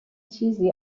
چیزی